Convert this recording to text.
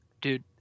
Dude